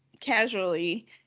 casually